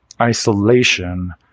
isolation